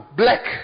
black